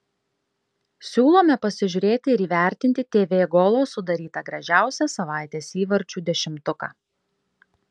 siūlome pasižiūrėti ir įvertinti tv golo sudarytą gražiausią savaitės įvarčių dešimtuką